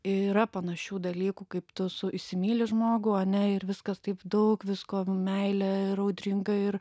yra panašių dalykų kaip tu su įsimyli žmogų ane ir viskas taip daug visko meilė ir audringa ir